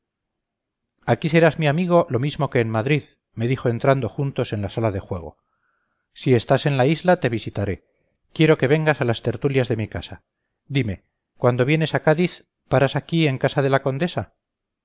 aquí serás mi amigo lo mismo que en madrid me dijo entrando juntos en la sala de juego si estás en la isla te visitaré quiero que vengas a las tertulias de mi casa dime cuando vienes a cádiz paras aquí en casa de la condesa